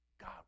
God